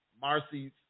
Marcy's